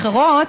אחרות,